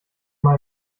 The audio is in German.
mal